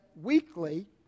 weekly